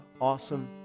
awesome